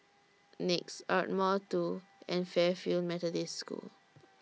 Nex Ardmore two and Fairfield Methodist School